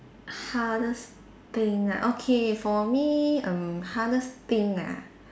hardest thing ah okay for me um hardest thing ah